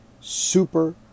super